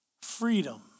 freedom